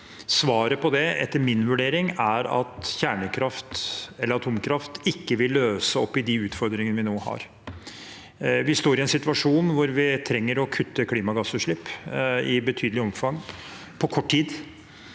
svaret på det er, etter min vurdering, at kjernekraft eller atomkraft ikke vil løse opp i de utfordringene vi nå har. Vi står i en situasjon hvor vi trenger å kutte klimagassutslipp i betydelig omfang på kort tid.